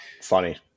funny